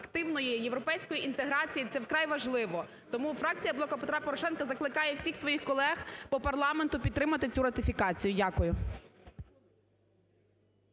активної європейської інтеграції це вкрай важливо. Тому фракція "Блоку Петра Порошенка" закликає всіх своїх колег по парламенту підтримати цю ратифікацію. Дякую.